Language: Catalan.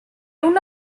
una